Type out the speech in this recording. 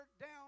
down